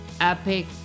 epic